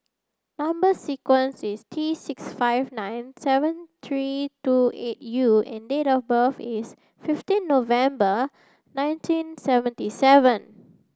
number sequence is T six five nine seven three two eight U and date of birth is fifteen November nineteen seventy seven